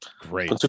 Great